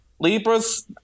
Libras